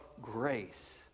grace